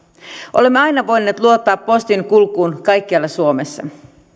olemme aina voineet luottaa postin kulkuun kaikkialla suomessa